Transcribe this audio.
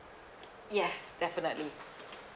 yes definitely